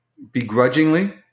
begrudgingly